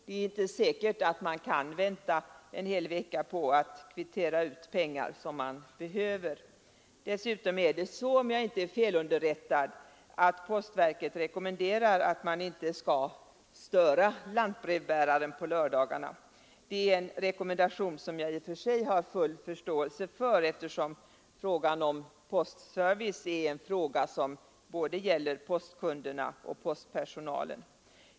Det är inte säkert att man kan vänta en hel vecka på att kvittera ut pengar som man behöver. Dessutom är det så, om jag inte är felunderrättad, att postverket rekommenderar att man inte skall störa lantbrevbäraren med sådant på lördagarna. Det är en rekommendation som jag i och för sig har full förståelse för, eftersom frågan om postservicen är en fråga som gäller både postkunderna och postpersonalen. Lantbrevbäringen har sina positiva sidor, bl.a. den sociala servicen, men indragning av poststationer bör ej ske så att människor åsamkas långa resor för att komma dit.